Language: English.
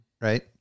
Right